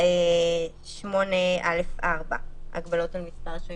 אם 8(א)(4) חל,